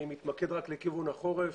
אני מתמקד רק לכיוון החורף.